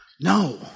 No